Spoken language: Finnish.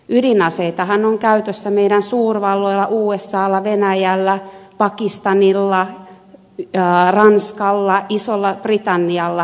ydinaseitahan on käytössä meidän suurvalloillamme usalla venäjällä pakistanilla ranskalla isolla britannialla